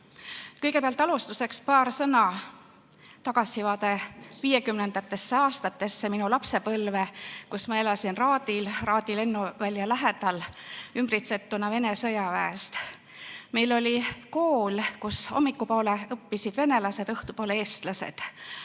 Kõigepealt alustuseks paar sõna, tagasivaade 1950. aastatesse, minu lapsepõlve, kui ma elasin Raadil lennuvälja lähedal, ümbritsetuna Vene sõjaväest. Meil oli kool, kus hommikupoole õppisid venelased, õhtupoole eestlased.